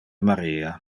maria